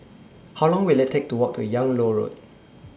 How Long Will IT Take to Walk to Yung Loh Road